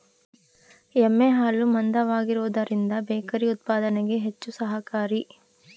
ಎಮ್ಮೆ ಹಾಲು ಮಂದವಾಗಿರುವದರಿಂದ ಬೇಕರಿ ಉತ್ಪಾದನೆಗೆ ಹೆಚ್ಚು ಸಹಕಾರಿ